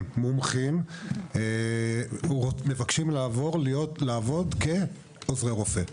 מומחים מבקשים לעבוד כעוזרי רופא.